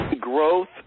growth